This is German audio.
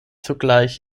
zugleich